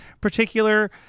particular